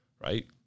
right